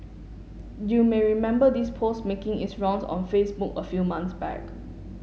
you may remember this post making its rounds on Facebook a few months back